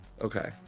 Okay